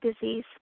disease